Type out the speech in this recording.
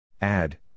add